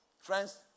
Friends